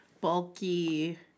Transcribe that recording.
bulky